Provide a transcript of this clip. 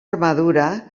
armadura